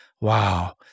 Wow